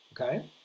okay